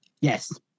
Yes